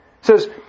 says